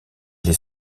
les